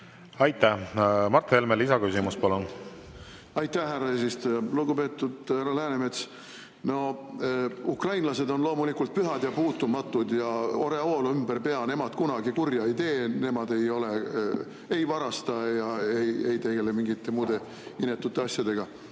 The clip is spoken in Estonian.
Aitäh! Mart Helme, lisaküsimus, palun! Aitäh, härra eesistuja! Lugupeetud härra Läänemets! No ukrainlased on loomulikult pühad ja puutumatud ja [neil on] oreool ümber pea. Nemad kunagi kurja ei tee, nemad ei varasta ega tegele mingite muude inetute asjadega.